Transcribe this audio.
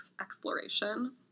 exploration